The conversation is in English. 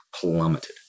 plummeted